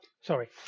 sorry